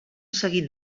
seguit